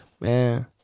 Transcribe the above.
man